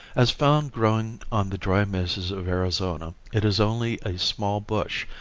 as found growing on the dry mesas of arizona, it is only a small bush,